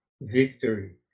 victory